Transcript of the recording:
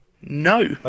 No